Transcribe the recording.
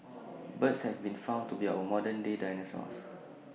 birds have been found to be our modern day dinosaurs